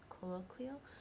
Colloquial